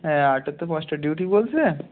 হ্যাঁ আটটার থেকে পাঁচটার ডিউটি বলছে